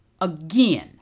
again